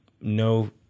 no